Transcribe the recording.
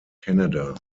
canada